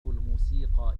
الموسيقى